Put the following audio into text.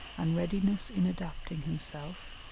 and readiness in adapting himself,